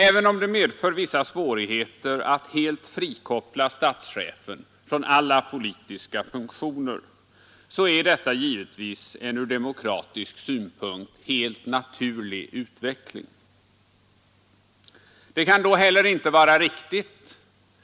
Även om det medför vissa svårigheter att helt frikoppla statschefen från alla politiska funktioner är detta givetvis en ur demokratisk synpunkt helt naturlig utveckling. Det kan då heller inte vara riktigt